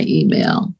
email